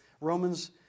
Romans